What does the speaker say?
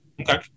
Okay